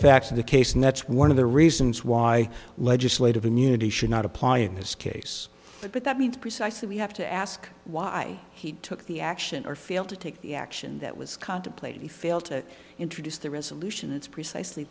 facts of the case and that's one of the reasons why legislative immunity should not apply in this case but that means precisely we have to ask why he took the action or feel to take the action that was contemplated fail to introduce the resolution it's precisely